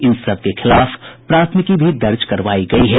इनके खिलाफ प्राथमिकी दर्ज करवायी गयी है